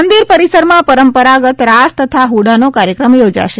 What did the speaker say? મંદિર પરિસરમાં પરંપરાગત રાસ તથા હુડાનો કાર્યક્રમ યોજાશે